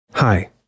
Hi